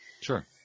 Sure